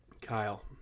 Kyle